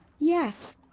yes!